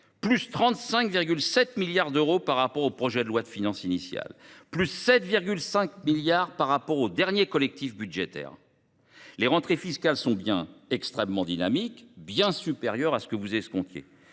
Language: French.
+35,7 milliards d’euros par rapport au projet de loi de finances initial, +7,5 milliards d’euros par rapport au dernier collectif budgétaire. Les rentrées fiscales sont donc extrêmement dynamiques, bien supérieures à ce que vous escomptiez